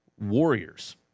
Warriors